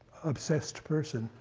obsessed person?